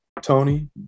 Tony